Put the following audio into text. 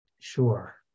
Sure